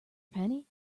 penny